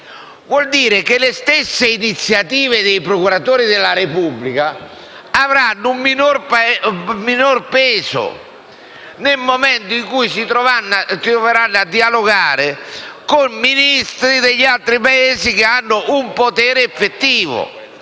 vuol dire che le stesse iniziative dei procuratori della Repubblica avranno un minor peso nel momento in cui si troveranno a dialogare con Ministri di altri Paesi che hanno un potere effettivo,